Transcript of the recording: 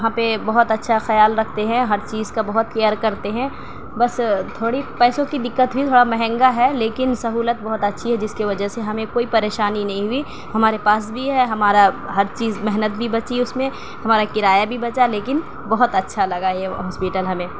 وہاں پہ بہت اچّھا خیال رکھتے ہیں ہر چیز کا بہت کیئر کرتے ہیں بس تھوڑی پیسوں کی دِقّت ہوئی تھوڑا مہنگا ہے لیکن سہولت بہت اچّھی ہے جس کی وجہ سے ہمیں کوئی پریشانی نہیں ہوئی ہمارے پاس بھی ہے ہمارا ہر چیز محنت بھی بچی اس میں ہمارا کرایہ بھی بچا لیکن بہت اچّھا لگا یہ ہاسپیٹل ہمیں